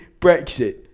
Brexit